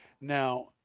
now